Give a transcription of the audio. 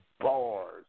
bars